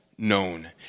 known